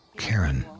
karen